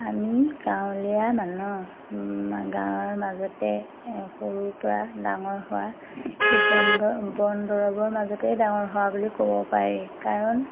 আমি গাঁৱলীয়া মানুহ গাঁৱৰ মাজতে সৰুৰপৰা ডাঙৰ হোৱা এই বন বনদৰৱৰ মাজতেই ডাঙৰ হোৱা বুলি ক'ব পাৰি কাৰণ